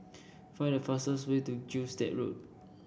find the fastest way to Gilstead Road